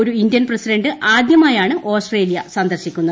ഒരു Indian president ആദ്യമായാണ് Australia സന്ദർശിക്കുന്നത്